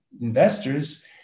investors